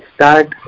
Start